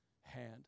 hand